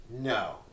No